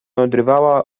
odrywała